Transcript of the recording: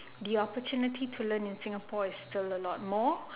the opportunity to learn in singapore is still a lot more